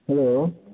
hello